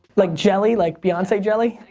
like jelly, like beyonce jelly?